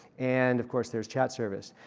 and of course there's chat service.